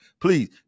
Please